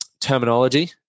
terminology